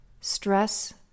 stress